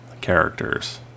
characters